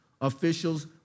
officials